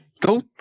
Go